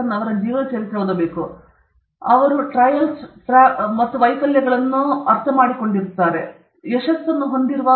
ಅಥವಾ Thomas Alva Edison ನೀವು ಓದಬೇಕು ನಂತರ ನೀವು ಟ್ರೇಲ್ಸ್ ಟ್ರೈಬುಲೇಷನ್ಸ್ ಮತ್ತು ನಂತರ ವೈಫಲ್ಯಗಳನ್ನು ಅವರು ಅರ್ಥಮಾಡಿಕೊಳ್ಳುವರು ಅವರು ಯಶಸ್ವಿಯಾಗಲು ಮುಂಚೆಯೇ ಹೋದರು